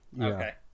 Okay